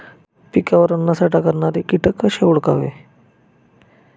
पिकावर अन्नसाठा करणारे किटक कसे ओळखावे?